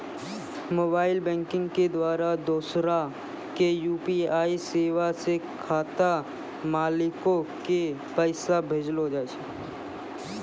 mobile banking के द्वारा दोसरा के यू.पी.आई सेबा से खाता मालिको के पैसा भेजलो जाय छै